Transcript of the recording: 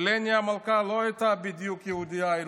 הלני המלכה לא הייתה יהודייה בדיוק,